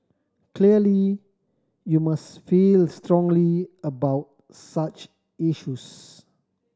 clearly you must feel strongly about such issues